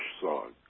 song